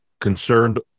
concerned